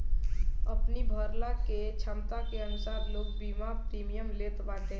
अपनी भरला के छमता के अनुसार लोग बीमा प्रीमियम लेत बाटे